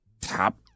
top